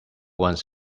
ones